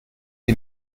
die